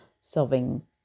solving